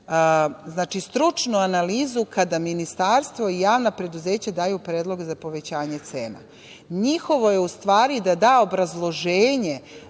analizu, stručnu analizu kada ministarstvo i javna preduzeća daju predlog za povećanje cena. Njihovo je, u stvari, da daju obrazloženje,